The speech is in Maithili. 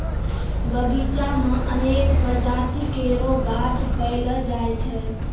बगीचा म अनेक प्रजाति केरो गाछ पैलो जाय छै